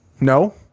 no